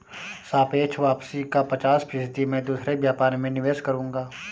सापेक्ष वापसी का पचास फीसद मैं दूसरे व्यापार में निवेश करूंगा